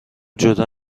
جدا